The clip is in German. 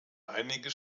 einige